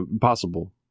Possible